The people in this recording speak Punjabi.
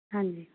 ਹਾਂਜੀ